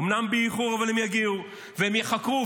אומנם באיחור, אבל הם יגיעו, והם ייחקרו.